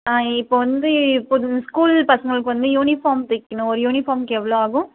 ஆ இப்போ வந்து இப்போ ஸ்கூல் பசங்களுக்கு வந்து யூனிஃபார்ம் தைக்கணும் ஒரு யூனிஃபார்ம்க்கு எவ்வளோ ஆகும்